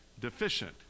deficient